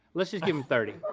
let's just give him thirty.